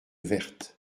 verte